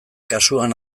kasuan